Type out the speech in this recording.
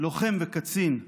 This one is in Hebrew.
לוחם וקצין,